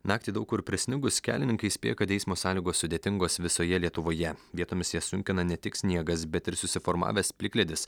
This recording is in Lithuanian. naktį daug kur prisnigus kelininkai įspėja kad eismo sąlygos sudėtingos visoje lietuvoje vietomis jas sunkina ne tik sniegas bet ir susiformavęs plikledis